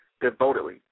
devotedly